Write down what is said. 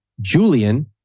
Julian